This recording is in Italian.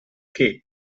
che